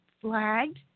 flagged